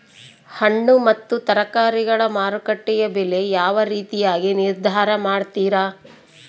ಹಣ್ಣು ಮತ್ತು ತರಕಾರಿಗಳ ಮಾರುಕಟ್ಟೆಯ ಬೆಲೆ ಯಾವ ರೇತಿಯಾಗಿ ನಿರ್ಧಾರ ಮಾಡ್ತಿರಾ?